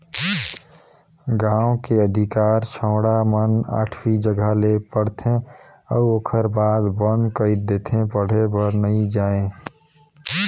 गांव के अधिकार छौड़ा मन आठवी जघा ले पढ़थे अउ ओखर बाद बंद कइर देथे पढ़े बर नइ जायें